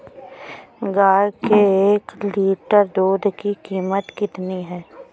गाय के एक लीटर दूध की कीमत कितनी है?